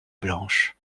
blanches